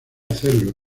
hacerlo